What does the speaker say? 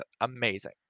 amazing